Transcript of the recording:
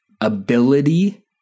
ability